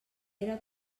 era